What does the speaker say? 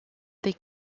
des